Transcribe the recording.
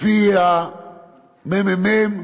לפי הממ"מ,